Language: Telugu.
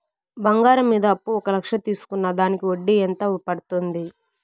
బంగారం మీద అప్పు ఒక లక్ష తీసుకున్న దానికి వడ్డీ ఎంత పడ్తుంది?